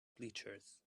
bleachers